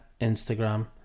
instagram